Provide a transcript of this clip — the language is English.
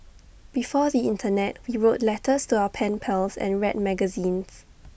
before the Internet we wrote letters to our pen pals and read magazines